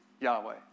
Yahweh